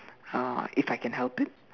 uh if I can help it